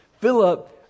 Philip